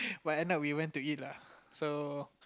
but end up we went to eat lah so